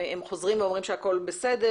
הם חוזרים ואומרים שהכול בסדר.